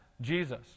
Jesus